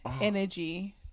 energy